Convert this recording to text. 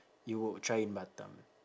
you would try in batam